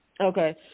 Okay